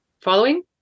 Following